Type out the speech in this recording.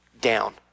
down